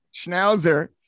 Schnauzer